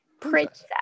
princess